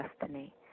destiny